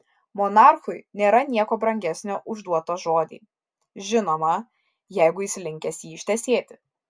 monarchui nėra nieko brangesnio už duotą žodį žinoma jeigu jis linkęs jį ištesėti